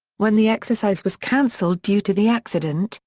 when the exercise was cancelled due to the accident,